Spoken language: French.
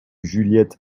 juliette